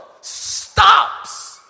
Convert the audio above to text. stops